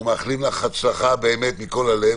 אנחנו מאחלים לך הצלחה מכל הלב,